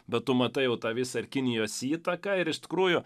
bet tu matai tą visą kinijos įtaką ir iš tikrųjų